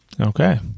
Okay